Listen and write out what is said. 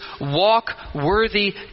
walk-worthy